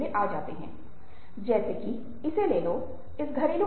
अब आप देखते हैं कि यह पदों की मिररिंग है